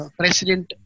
president